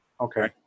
okay